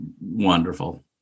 Wonderful